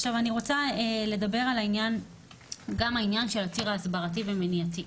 עכשיו אני רוצה לדבר גם על העניין של הציר ההסברתי והמניעתי.